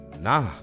nah